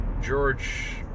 George